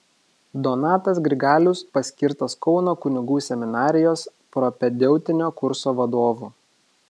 donatas grigalius paskirtas kauno kunigų seminarijos propedeutinio kurso vadovu